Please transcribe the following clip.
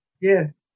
Yes